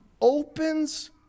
opens